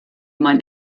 man